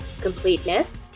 completeness